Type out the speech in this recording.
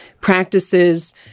practices